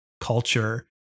culture